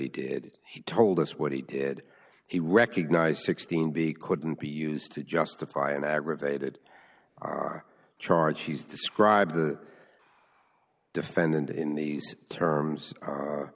he did he told us what he did he recognized sixteen b couldn't be used to justify an aggravated charge she's described the defendant in the terms